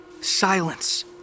Silence